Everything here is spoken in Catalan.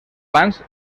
pans